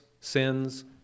sins